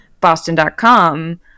Boston.com